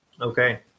Okay